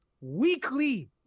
weekly